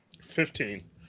Fifteen